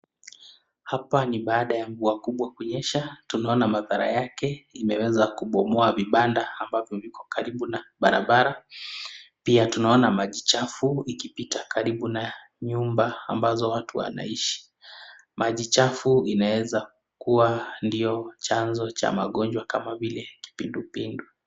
Hapa ni baada ya mvua kubwa kunyesha, tunaona madhara yake imeweza kubomoa vibanda ambavyo viko karibu na barabara pia tunaona maji chafu ikipita karibu na nyumba ambazo watu wanaishi. Maji chafu inaweza kuwa ndio chanzo cha magonjwa kama vile kipindupindu.